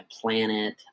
planet